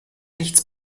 nichts